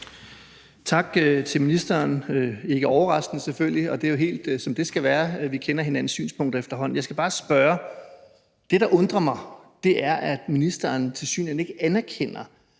Tak til ministeren. Det var selvfølgelig ikke overraskende, og det er jo helt, som det skal være. Vi kender hinandens synspunkter efterhånden. Jeg skal bare spørge om noget. Det, der undrer mig, er, at ministeren tilsyneladende ikke anerkender,